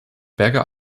berger